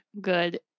good